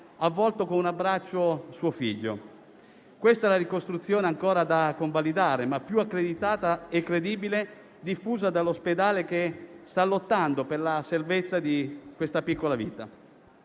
avvolto con un abbraccio suo figlio. Questa è la ricostruzione, ancora da convalidare, ma la più accreditata e credibile, diffusa dall'ospedale che sta lottando per la salvezza di questa piccola vita.